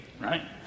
right